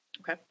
Okay